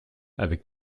avec